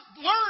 learn